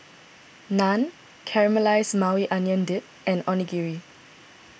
Naan Caramelized Maui Onion Dip and Onigiri